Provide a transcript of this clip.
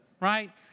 right